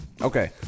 Okay